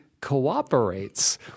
cooperates